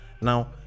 Now